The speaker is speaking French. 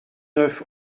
neuf